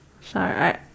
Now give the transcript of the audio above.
Sorry